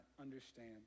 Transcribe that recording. understand